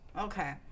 Okay